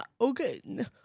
okay